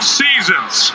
seasons